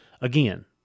again